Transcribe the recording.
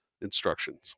instructions